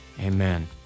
amen